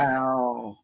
Wow